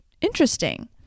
interesting